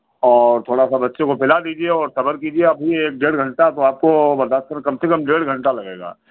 और थोड़ा सा बच्चे को पिला दीजिए और सब्र कीजिए अभी एक डेढ़ घंटा तो आपको बर्दाश्त कर कम से कम डेढ़ घंटा लगेगा